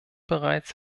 bereits